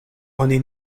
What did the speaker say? oni